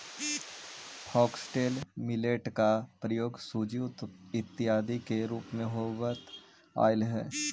foxtail millet का प्रयोग सूजी इत्यादि के रूप में होवत आईल हई